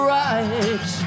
right